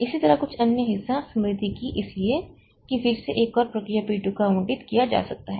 इसी तरह कुछ अन्य हिस्सा स्मृति की इसलिए कि फिर से एक और प्रक्रिया P 2 को आवंटित किया जा सकता है